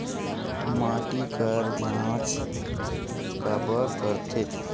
माटी कर जांच काबर करथे?